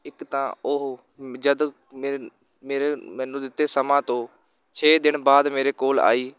ਇੱਕ ਤਾਂ ਉਹ ਜਦ ਮੇਰ ਮੇਰੇ ਮੈਨੂੰ ਦਿੱਤੇ ਸਮਾਂ ਤੋਂ ਛੇ ਦਿਨ ਬਾਅਦ ਮੇਰੇ ਕੋਲ ਆਈ